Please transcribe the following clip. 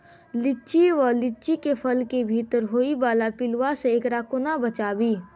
लिच्ची वा लीची केँ फल केँ भीतर होइ वला पिलुआ सऽ एकरा कोना बचाबी?